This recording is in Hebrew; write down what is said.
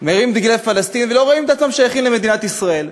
מרימים דגלי פלסטין ולא רואים את עצמם שייכים למדינת ישראל.